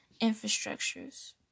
infrastructures